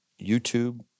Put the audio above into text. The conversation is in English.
YouTube